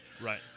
Right